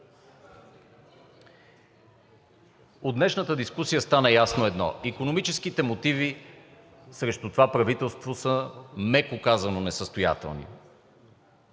От днешната дискусия стана ясно едно: икономическите мотиви срещу това правителство са, меко казано, несъстоятелни.